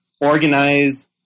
organize